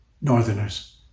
northerners